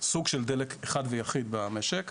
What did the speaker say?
סוג של דלק אחד ויחיד במשק.